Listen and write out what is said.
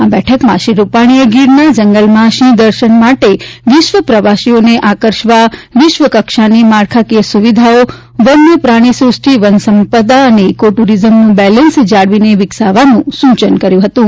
આ બેઠકમાં શ્રી રૂપાણીએ ગીરના જંગલમાં સિંહ દર્શન માટે વિશ્વ પ્રવાસીઓને આકર્ષવા વિશ્વકક્ષાની માળખાકીય સુવિધાઓ વન્ય પ્રાણી સૃષ્ટિ વન સંપદા અને ઇકો ટૂરીઝમનું બેલેન્સી જાળવીને વિકસાવવાનું સૂચન કર્યું હતું